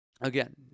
again